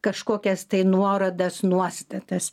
kažkokias tai nuorodas nuostatas